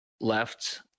left